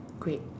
great